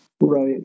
Right